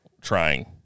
trying